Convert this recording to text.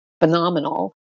phenomenal